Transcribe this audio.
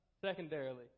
secondarily